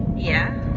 yeah